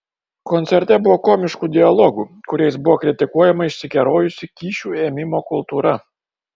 koncerte buvo komiškų dialogų kuriais buvo kritikuojama išsikerojusi kyšių ėmimo kultūra